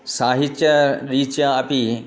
साहित्यरीत्या अपि